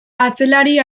atzelari